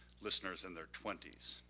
listeners in their twenty s.